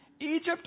Egypt